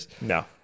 No